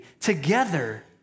together